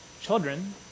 children